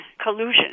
collusion